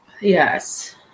Yes